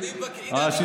התבלבלת, הינה, אני מבקש.